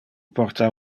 porta